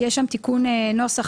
יש שם תיקון נוסח.